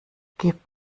gebt